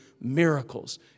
miracles